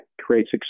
creates